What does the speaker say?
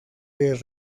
del